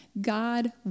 God